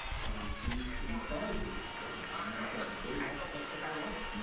and she's in charge of this sibling. and that's a big aspect of her life.